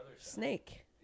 Snake